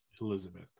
Elizabeth